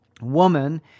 woman